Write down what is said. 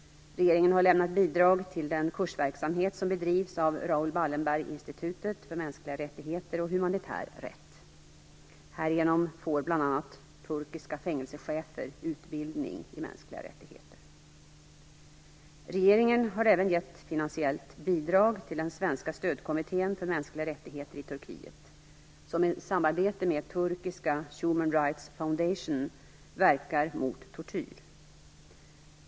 Regeringen har lämnat bidrag till den kursverksamhet som bedrivs av Raoul Wallenberg-institutet för mänskliga rättigheter och humanitär rätt. Härigenom får bl.a. turkiska fängelsechefer utbildning i mänskliga rättigheter. Regeringen har även gett finansiellt bidrag till den svenska stödkommittén för mänskliga rättigheter i Turkiet, som i samarbete med turkiska Human Rights Foundation verkar mot tortyr.